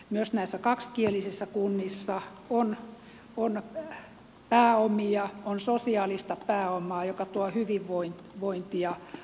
myös näissä kaksikielisissä kunnissa on pääomia on sosiaalista pääomaa joka tuo hyvinvointia asukkaille